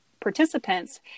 Participants